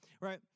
right